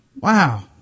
wow